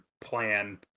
plan